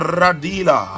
radila